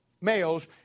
males